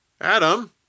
Adam